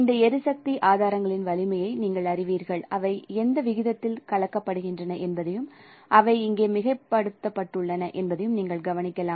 இந்த எரிசக்தி ஆதாரங்களின் வலிமையை நீங்கள் அறிவீர்கள் அவை எந்த விகிதத்தில் கலக்கப்படுகின்றன என்பதையும் அவை இங்கே மிகைப்படுத்தப்பட்டுள்ளன என்பதையும் நீங்கள் கவனிக்கலாம்